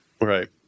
right